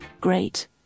Great